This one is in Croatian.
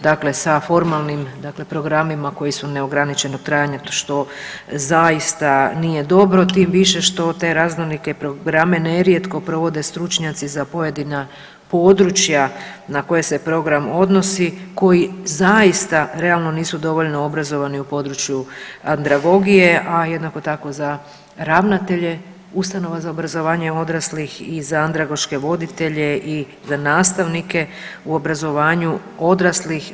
Dakle sa formalnim dakle programima koji su neograničenog trajanja to što zaista nije dobro tim više što te raznolike programe nerijetko provode stručnjaci za pojedina područja na koje se program odnosi koji zaista realno nisu dovoljno obrazovani u području andragogije, a jednako tako za ravnatelje ustanova za obrazovanje odraslih i za andragoške voditelje i za nastavnike u obrazovanju odraslih.